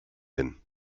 hin